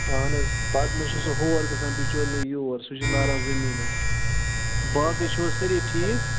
اہن حظ پَتہٕ نہ چھُ سُہ ہور گَژھان بِچور نا یور سُہ چھُ لاران زٕمیٖنَس باقٕے چھُو حظ سٲری ٹھیٖک